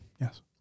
yes